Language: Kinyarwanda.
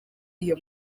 iyo